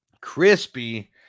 Crispy